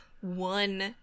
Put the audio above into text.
one